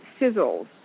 sizzles